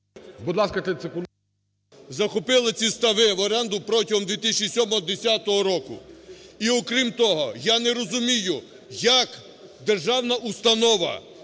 …захопила ці стави в оренду протягом 2007-2010 року. І окрім того, я не розумію, як державна установа